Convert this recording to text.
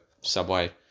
Subway